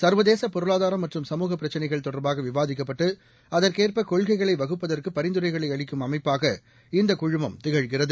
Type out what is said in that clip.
சர்வதேசபொருளாதாரம் மற்றம் சமூகப் பிரச்சினைகள் தொடர்பாகவிவாதிக்கப்பட்டு அதற்கேற்பகொள்கைகளைவகுப்பதற்குபரிந்துரைகளைஅளிக்கும் அமைப்பாக இந்தக் குழுமம் திகழ்கிறது